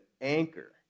anchor